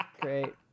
Great